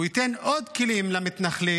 הוא ייתן עוד כלים למתנחלים